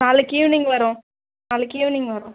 நாளைக்கு ஈவ்னிங் வரோம் நாளைக்கு ஈவ்னிங் வரோம்